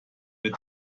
wird